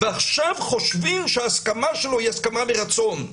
ועכשיו חושבים שהסכמה שלו היא הסכמה מרצון,